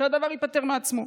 הדבר ייפתר מעצמו.